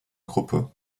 gruppe